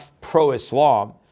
pro-Islam